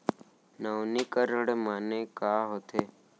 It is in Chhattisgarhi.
नवीनीकरण माने का होथे?